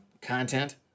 content